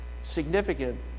significant